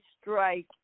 strike